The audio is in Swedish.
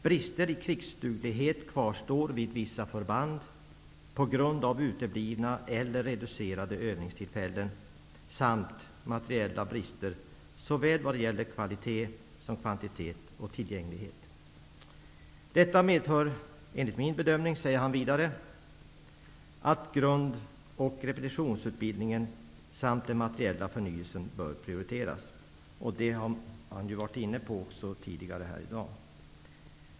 Brister i krigsduglighet kvarstår vid vissa förband på grund av uteblivna eller reducerade övningstillfällen samt materiella brister såväl vad gäller kvalitet som kvantitet och tillgänglighet.'' Vidare anser försvarsministern att detta medför att grund och repetitionsutbildningen samt den materiella förnyelsen bör prioriteras. Dessa frågor har försvarsministern varit inne på tidigare i dag.